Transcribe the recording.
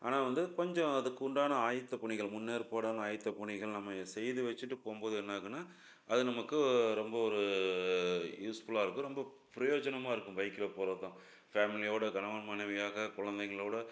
ஆனால் வந்து கொஞ்சம் அதுக்கு உண்டான ஆயத்தப் பணிகள் முன்னேற்பாடான ஆயத்தப் பணிகள் நம்ம செய்து வச்சிட்டுப் போகும்போது என்ன ஆகும்னா அது நமக்கு ரொம்ப ஒரு யூஸ்ஃபுல்லாக இருக்கும் ரொம்ப பிரயோஜனமா இருக்கும் பைக்கில் போகிறது தான் ஃபேம்லியோட கணவன் மனைவியாக குழந்தைங்களோட